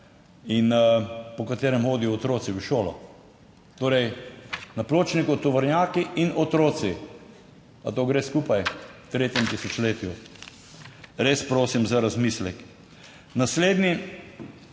in po katerem hodijo otroci v šolo. Torej, na pločniku tovornjaki in otroci. A to gre skupaj v tretjem tisočletju? Res prosim za razmislek. Naslednji